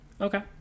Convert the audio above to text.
okay